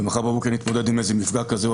ומחר בבוקר אני צריך להתמודד עם איזה מפגע כזה?